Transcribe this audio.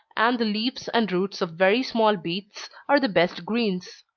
and the leaves and roots of very small beets, are the best greens.